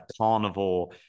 carnivore